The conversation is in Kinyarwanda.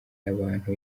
y’abantu